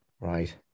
right